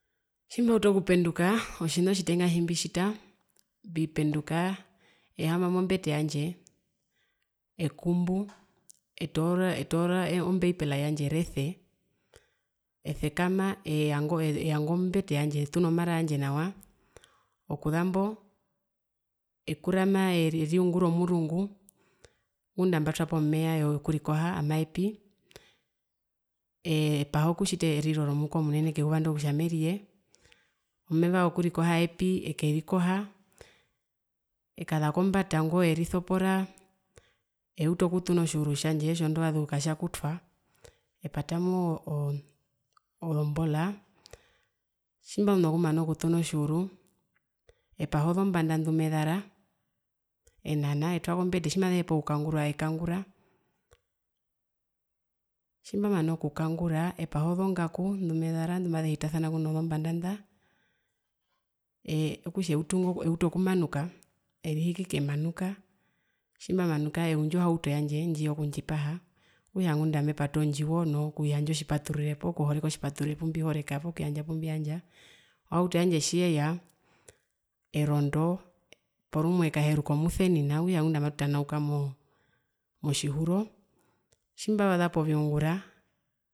Tjimeutu okupenduka otjina tjitenga tjimbitjita mbipenduka ehaama mombete yandye ee ee ehaama mombete yandje ekumbu etoora ombeipela yandje erese, esekama eyango mbete yandje etunu omara yandje nawa okuzambo ekurama eriungura omungu ngunda ambatwapo meya yokurikoha amaepi ee epaha okutjita eriro romuhukomunene keyuva ndo kutja meriye, omeva wokurikoha aepi ekerikoha ekaza kombata ngo erisopora eutu okutuna otjiuru tjandje aandazu ktjiyakutwa epata oo ozombola tjimbamana okutuna otjiuru epaha ozombanda ndumezara enana etwa kombete tjimazehepa okukangurwa ekangura, tjimbamana okukangura epaha ozngaku ndumezara ndumazehitasana kweno zombanda nda ee ee okutja eutu okumanuka erihikike emanuka tjimbamanuka eundju ohauto yandje ndiyekundjipaha okutja ngunda amepata ondjiwoo noo kuyandja otjipaturure poo kuhoreka otjipaturure pumbihoreka poo kuyanjda otjipaturure pumbiyanjda, ohauto yandje tjiyeya erondo porumwe ekaheruka omusenina ngunda matutanauka motjihuro, tjimbavasa poviungura.